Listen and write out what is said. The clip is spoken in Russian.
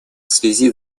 связи